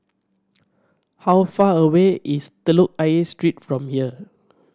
how far away is Telok Ayer Street from here